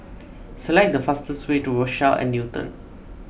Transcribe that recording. select the fastest way to Rochelle at Newton